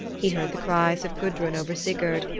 he heard the cries of gudrun over sigurd,